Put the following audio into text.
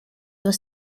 was